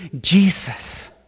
Jesus